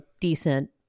decent